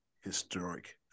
historic